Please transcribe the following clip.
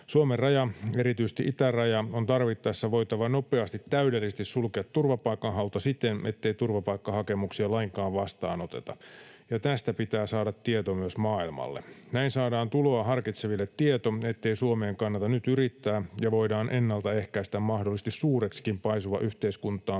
Suomen raja, erityisesti itäraja, on tarvittaessa voitava nopeasti täydellisesti sulkea turvapaikanhaulta siten, ettei turvapaikkahakemuksia lainkaan vastaanoteta, ja tästä pitää saada tieto myös maailmalle. Näin saadaan tuloa harkitseville tieto, ettei Suomeen kannata nyt yrittää, ja voidaan ennaltaehkäistä mahdollisesti suureksikin paisuva yhteiskuntaamme